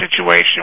situation